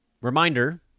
Reminder